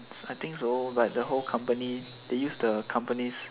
I think so like the whole company they use the company's